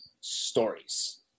stories